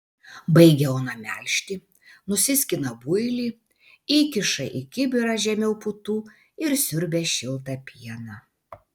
baigia ona melžti nusiskina builį įkiša į kibirą žemiau putų ir siurbia šiltą pieną